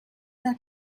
not